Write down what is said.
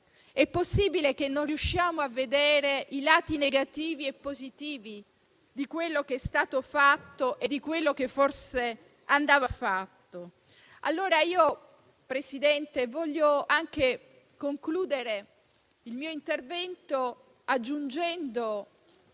È possibile che non riusciamo a vedere i lati negativi e positivi di quello che è stato fatto e di quello che forse andava a fatto? Signor Presidente, desidero concludere il mio intervento aggiungendo